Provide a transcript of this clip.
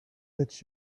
that